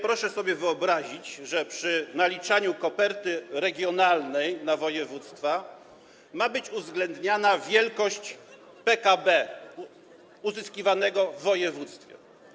Proszę sobie wyobrazić, że przy naliczaniu koperty regionalnej na województwa ma być uwzględniana wielkość PKB uzyskiwanego w województwie.